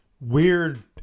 weird